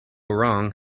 wrong